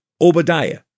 Obadiah